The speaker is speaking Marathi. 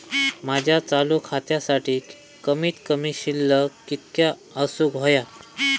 माझ्या चालू खात्यासाठी कमित कमी शिल्लक कितक्या असूक होया?